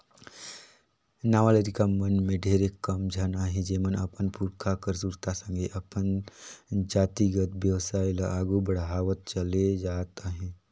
नावा लरिका मन में ढेरे कम झन अहें जेमन अपन पुरखा कर सुरता संघे अपन जातिगत बेवसाय ल आघु बढ़ावत चले जात अहें